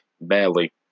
badly